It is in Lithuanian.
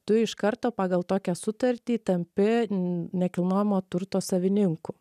tu iš karto pagal tokią sutartį tampi n nekilnojamo turto savininku